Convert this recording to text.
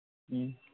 ᱦᱩᱸ